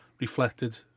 reflected